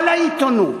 כל העיתונות,